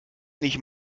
nicht